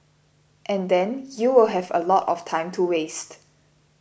and then you will have a lot of time to waste